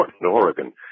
Oregon